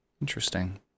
interesting